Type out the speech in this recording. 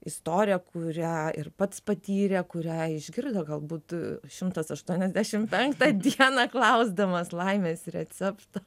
istoriją kurią ir pats patyrė kurią išgirdo galbūt šimtas aštuoniasdešimt penktą dieną klausdamas laimės recepto